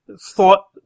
thought